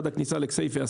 עד הכניסה לכסיפה,